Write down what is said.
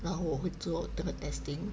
然后我会做这个 testing